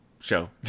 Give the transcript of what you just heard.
Show